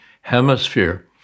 hemisphere